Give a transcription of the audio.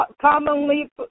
commonly